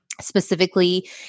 specifically